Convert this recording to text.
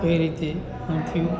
કઈ રીતે અનથયું